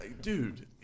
Dude